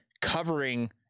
covering